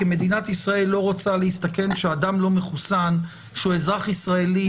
כי מדינת ישראל לא רוצה להסתכן שאדם לא מחוסן שהוא אזרח ישראלי,